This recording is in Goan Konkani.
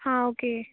हां ओके